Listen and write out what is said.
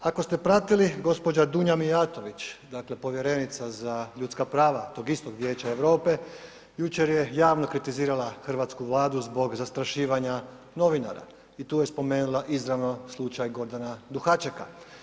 Ako ste pratili gospođa Dunja Mijatović, povjerenica za ljudska prava tog istog Vijeća Europe, jučer je javno kritizirala hrvatsku Vladu zbog zastrašivanja novinara i tu je spomenula izravno slučaj Gordana Duhačeka.